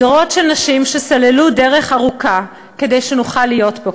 דורות של נשים סללו דרך ארוכה כדי שנוכל להיות פה,